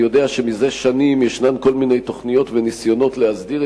אני יודע שזה שנים יש כל מיני תוכניות וניסיונות להסדיר